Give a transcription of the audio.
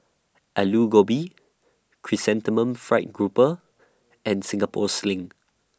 Aloo Gobi Chrysanthemum Fried Grouper and Singapore Sling